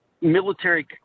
military